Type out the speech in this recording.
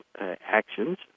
actions